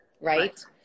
right